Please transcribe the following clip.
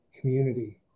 community